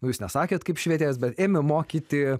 nu jūs nesakėt kaip švietėjas bet ėmė mokyti